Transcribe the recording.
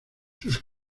sus